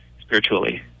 spiritually